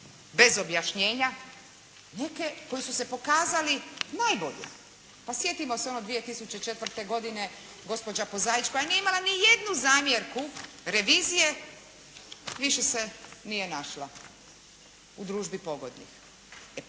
bez objašnjenja neke koji su se pokazali najbolji. Pa sjetimo se ono 2004. godine gospođa Pozaić, pa nije imala ni jednu zamjerku revizije, više se nije našla u družbi pogodnih.